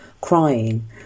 crying